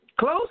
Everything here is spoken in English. Close